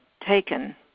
taken